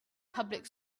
public